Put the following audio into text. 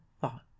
thought